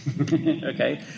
Okay